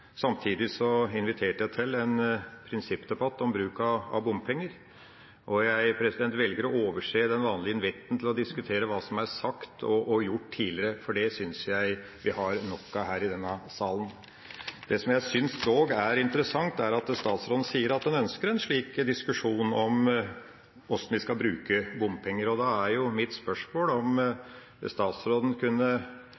samtidig inviterte jeg til en prinsippdebatt om bruk av bompenger. Jeg velger å overse den vanlige invitten til å diskutere hva som er sagt og gjort tidligere, for det syns jeg vi har nok av her i denne salen. Det jeg syns dog er interessant, er at statsråden sier at han ønsker en slik diskusjon om hvordan vi skal bruke bompengene. Da er mitt spørsmål om statsråden kunne